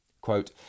Quote